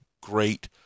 great